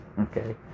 Okay